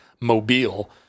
mobile